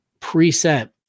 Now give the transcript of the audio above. preset